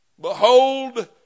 Behold